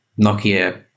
Nokia